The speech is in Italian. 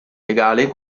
legale